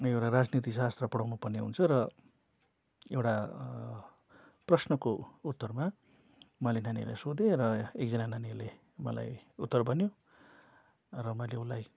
एउटा राजनीति शास्त्र पढाउनुपर्ने हुन्छ र एउटा प्रश्नको उत्तरमा मैले नानीहरूलाई सोधेँ र एकजना नानीले मलाई उत्तर भन्यो र मैले उसलाई